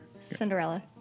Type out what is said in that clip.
Cinderella